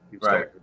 right